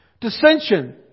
dissension